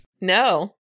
no